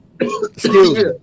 Excuse